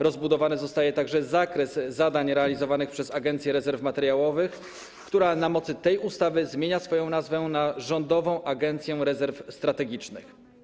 Rozbudowany zostaje także zakres zadań realizowanych przez Agencję Rezerw Materiałowych, która na mocy tej ustawy zmienia swoją nazwę na: Rządowa Agencja Rezerw Strategicznych.